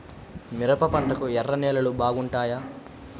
మిరప పంటకు ఎర్ర నేలలు బాగుంటాయా?